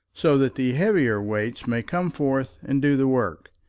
so that the heavier weights may come forth and do the work.